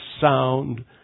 sound